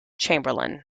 chamberlain